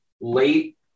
late